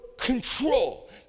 control